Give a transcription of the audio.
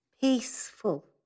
peaceful